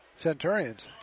Centurions